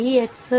ಆಗಿರಬೇಕು